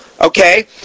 Okay